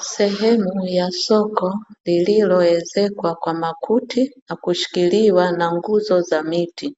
Sehemu ya soko lililoezekwa kwa makuti na kushikiliwa na nguzo za miti.